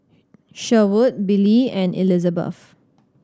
Sherwood Billy and Elizebeth